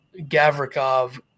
Gavrikov